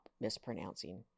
mispronouncing